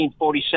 1947